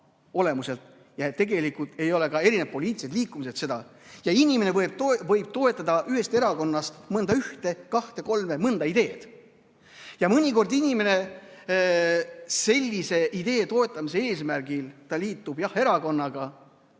Ja tegelikult ei ole ka erinevad poliitilised liikumised seda. Inimene võib toetada ühest erakonnast ühte, kahte või kolme, mõnda ideed. Ja mõnikord inimene sellise idee toetamise eesmärgil liitub erakonnaga,